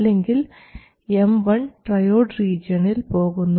അല്ലെങ്കിൽ M1 triode റീജിയണിൽ പോകുന്നു